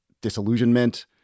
disillusionment